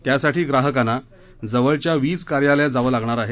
त्यासाठी ग्राहकांना जवळच्या वीज कार्यालयात जाव लागणार आहे